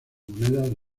monedas